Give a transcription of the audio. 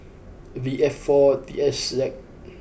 V F four T S Z